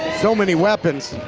so many weapons.